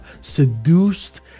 seduced